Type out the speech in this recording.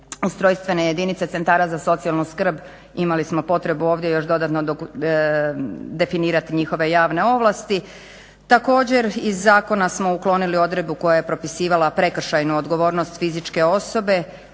ustrojstvene jedinice centara za socijalnu skrb. Imali smo potrebu još dodano definirati njihove javne ovlasti. Također iz zakona smo uklonili odredbu koja je propisivala prekršajnu odgovornost fizičke osobe